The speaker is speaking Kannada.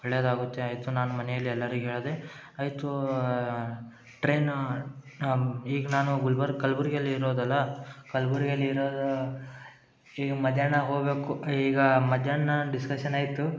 ಒಳ್ಳೆಯದಾಗುತ್ತೆ ಆಯಿತು ನಾನು ಮನೆಯಲ್ಲಿ ಎಲ್ಲರಿಗೆ ಹೇಳ್ದೆ ಆಯಿತು ಟ್ರೈನೂ ಈಗ ನಾನು ಗುಲ್ಬರ್ಗ ಕಲ್ಬುರ್ಗಿಯಲ್ಲಿ ಇರೋದಲ್ಲ ಕಲ್ಬುರ್ಗಿಯಲ್ಲಿರೋದು ಈಗ ಮಧ್ಯಾಹ್ನ ಹೋಗಬೇಕು ಈಗ ಮಧ್ಯಾಹ್ನ ಡಿಸ್ಕಷನ್ ಆಯಿತು